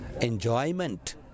enjoyment